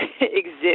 exist